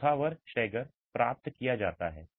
ऊर्ध्वाधर स्टैगर प्राप्त किया जाता है